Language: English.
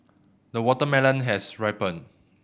the watermelon has ripened